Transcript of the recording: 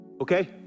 Okay